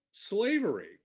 Slavery